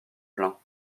plein